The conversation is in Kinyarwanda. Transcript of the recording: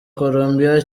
colombiya